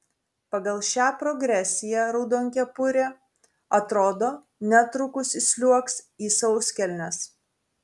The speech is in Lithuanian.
pagal šią progresiją raudonkepurė atrodo netrukus įsliuogs į sauskelnes